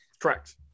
Correct